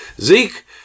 Zeke